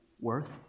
worth